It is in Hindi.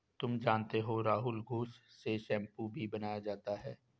तुम जानते हो राहुल घुस से शैंपू भी बनाया जाता हैं